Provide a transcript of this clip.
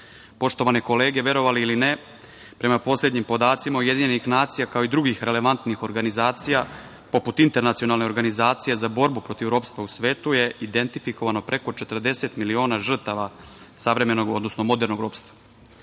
ljudima. Poštovane kolege, verovali ili ne, prema poslednjim podacima UN, kao i drugih relevantnih organizacija, poput internacionalne organizacije za borbu protiv ropstva, u svetu je identifikovano preko 40 miliona žrtava savremenog, odnosno modernog ropstva. Da